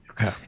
Okay